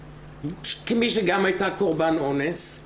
כמי שגם הייתה קורבן אונס,